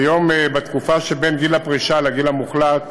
כיום, בתקופה שבין גיל הפרישה לגיל המוחלט,